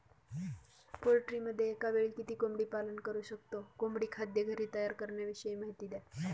पोल्ट्रीमध्ये एकावेळी किती कोंबडी पालन करु शकतो? कोंबडी खाद्य घरी तयार करण्याविषयी माहिती द्या